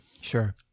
sure